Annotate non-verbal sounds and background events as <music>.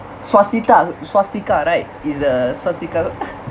swastika swastika right it's the swastika <laughs>